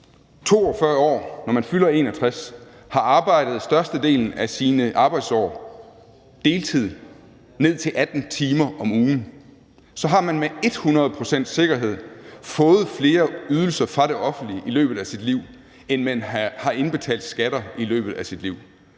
42 år – når man fylder 61 – har arbejdet størstedelen af sine arbejdsår på deltid, ned til 18 timer om ugen, så har man med et hundrede procents sikkerhed fået flere ydelser fra det offentlige i løbet af sit liv, end man har indbetalt af skatter i løbet af sit liv.